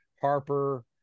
Harper